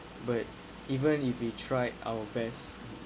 but even if you tried our best